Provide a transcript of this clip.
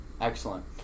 excellent